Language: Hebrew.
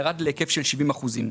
ירד להיקף של 70 אחוזים.